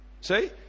See